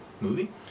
movie